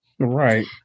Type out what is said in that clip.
Right